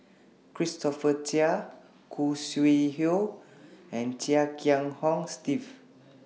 Christopher Chia Khoo Sui Hoe and Chia Kiah Hong Steve